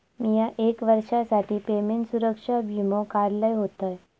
मिया एक वर्षासाठी पेमेंट सुरक्षा वीमो काढलय होतय